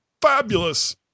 fabulous